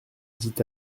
dit